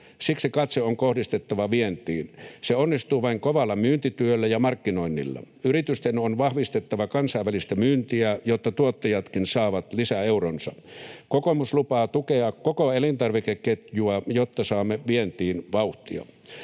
Siksi katse on kohdistettava vientiin. Se onnistuu vain kovalla myyntityöllä ja markkinoinnilla. Yritysten on vahvistettava kansainvälistä myyntiä, jotta tuottajatkin saavat lisäeuronsa. Kokoomus lupaa tukea koko elintarvikeketjua, jotta saamme vientiin vauhtia.